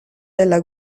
della